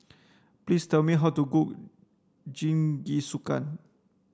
please tell me how to cook Jingisukan